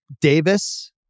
Davis